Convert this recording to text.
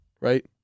right